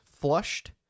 flushed